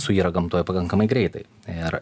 suyra gamtoje pakankamai greitai ir